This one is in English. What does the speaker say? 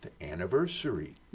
anniversary